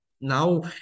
now